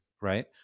right